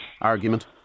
argument